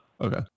Okay